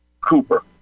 Cooper